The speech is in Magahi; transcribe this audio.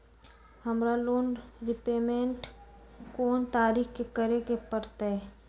हमरा लोन रीपेमेंट कोन तारीख के करे के परतई?